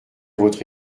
votre